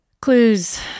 Clues